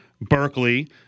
Berkeley